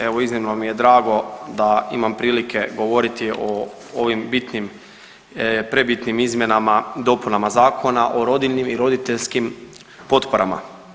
Evo iznimno mi je drago da imam prilike govoriti o ovim bitnim, prebitnim izmjenama i dopunama Zakona o rodiljnim i roditeljskim potporama.